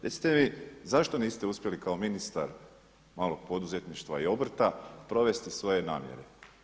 Recite mi zašto niste uspjeli kao ministar malog poduzetništva i obrta provesti svoje namjere?